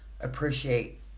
appreciate